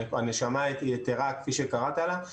הנשמה היתרה כפי שקראת לה,